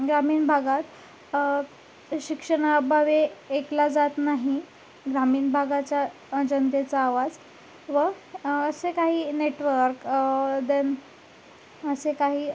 ग्रामीण भागात शिक्षणाअभावी ऐकला जात नाही ग्रामीण भागाच्या जनतेचा आवाज व असे काही नेटवर्क दॅन असे काही